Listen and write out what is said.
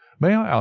may i ask,